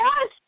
yes